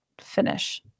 finish